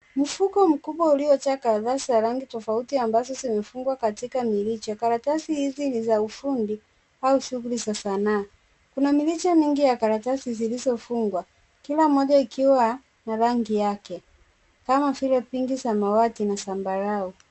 Mufuko mkubwa ulionjaa karatasi za rangi tofauti ambazo zimefungwa katika mirija, karatasi hizi ni za ufundi au shughuli za sanaa, kuna mrija mingi ya karatasi zilizofungwa kila moja ikiwa na rangi yake, kama vile pinki samawati na zambarau.